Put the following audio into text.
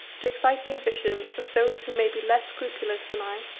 to excite the ambition of those who may be less scrupulous than i.